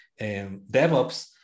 devops